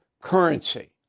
currency